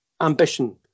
ambition